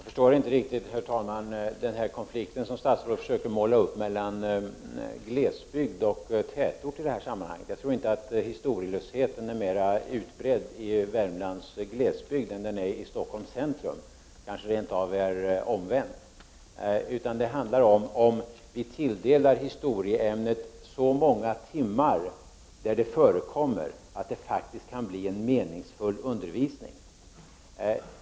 Herr talman! Jag förstår inte riktigt den här konflikten som statsrådet försöker måla upp mellan glesbygd och tätort i detta sammanhang. Jag tror inte historielösheten är mera utbredd i Värmlands glesbygd än den är i Stockholms centrum - det kanske rent av är omvänt - utan det handlar om huruvida vi tilldelar historieämnet så många timmar där det förekommer att det faktiskt blir en meningsfull undervisning.